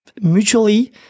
mutually